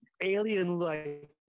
alien-like